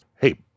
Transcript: hey